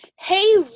hey